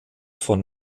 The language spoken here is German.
von